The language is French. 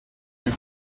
plus